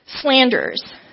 Slanders